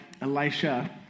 Elisha